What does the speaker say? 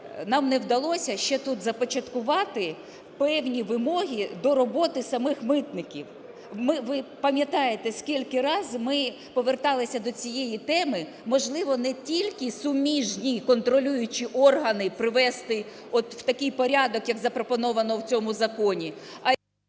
нам не вдалося ще тут започаткувати певні вимоги до роботи самих митників. Ви пам'ятаєте, скільки раз ми поверталися до цієї теми, можливо, не тільки суміжні контролюючі органи провести от в такий порядок, як запропоновано в цьому законі,